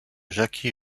jackie